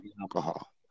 alcohol